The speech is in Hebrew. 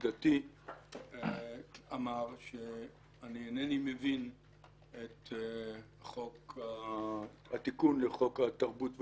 לעמדתי אמר שאני אינני מבין את התיקון לחוק התרבות והאומנות,